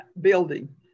building